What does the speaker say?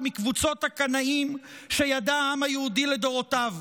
מקבוצות הקנאים שידע העם היהודי לדורותיו.